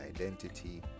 identity